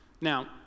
Now